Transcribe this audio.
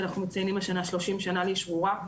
שאנחנו מציינים השנה 30 שנה לאשרורה.